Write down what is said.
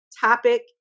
topic